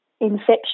infection